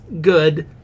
good